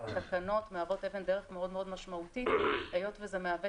התקנות מהוות אבן דרך מאוד מאוד משמעותית היות וזה מהווה